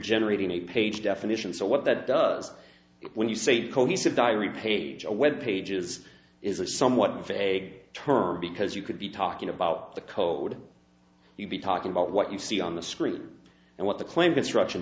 generating a page definition so what that does when you say cohesive diary page a web pages is a somewhat vague term because you could be talking about the code you'd be talking about what you see on the screen and what the claimed instruction